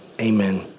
Amen